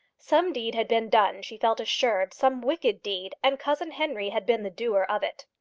some deed had been done, she felt assured some wicked deed, and cousin henry had been the doer of it.